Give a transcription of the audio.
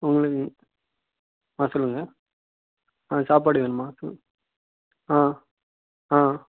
உங்களுக்கு ஆ சொல்லுங்கள் ஆ சாப்பாடு வேணுமா ஆ ஆ